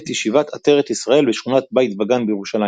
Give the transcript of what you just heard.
את ישיבת עטרת ישראל בשכונת "בית וגן" בירושלים.